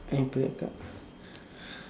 I play a card